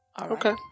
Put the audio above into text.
Okay